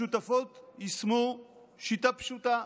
השותפות יישמו שיטה פשוטה: